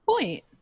point